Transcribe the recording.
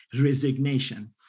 resignation